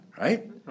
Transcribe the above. right